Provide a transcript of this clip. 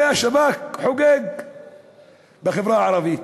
הרי השב"כ חוגג בחברה הערבית.